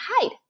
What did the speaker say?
hide